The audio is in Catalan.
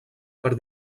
per